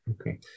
Okay